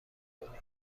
کنی